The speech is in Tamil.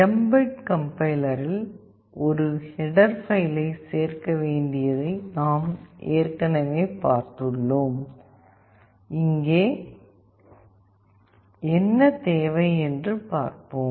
mbed கம்பைலரில் ஒரு ஹெட்டர் பைலை சேர்க்க வேண்டியதை நாம் ஏற்கனவே பார்த்துள்ளோம் இங்கே என்ன தேவை என்று பார்ப்போம்